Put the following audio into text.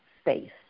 space